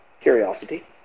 curiosity